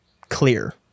clear